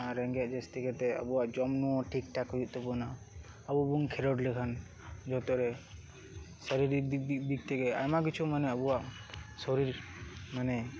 ᱟᱨ ᱨᱮᱸᱜᱮᱡᱽ ᱡᱟᱹᱥᱛᱤ ᱠᱟᱛᱮ ᱟᱵᱚᱣᱟᱜ ᱡᱚᱢ ᱧᱩ ᱴᱷᱤᱠ ᱴᱷᱟᱠ ᱦᱩᱭᱩᱜ ᱛᱟᱵᱚᱱᱟ ᱟᱵᱩᱵᱚᱱ ᱠᱷᱮᱞᱳᱰ ᱞᱮᱠᱷᱟᱱ ᱡᱚᱛᱚ ᱨᱮ ᱥᱟᱨᱤᱨᱤᱠ ᱫᱤᱠ ᱛᱷᱮᱠᱮ ᱟᱭᱢᱟ ᱠᱤᱪᱷᱩ ᱢᱟᱱᱮ ᱟᱵᱚᱣᱟᱜ ᱥᱚᱨᱤᱨ ᱢᱟᱱᱮ